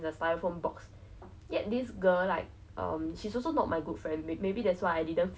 so luckily after kayaking like I was very tired so I said I don't want in lunch lah then like